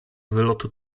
wylotu